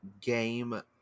game